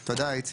תודה, איציק.